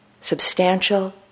substantial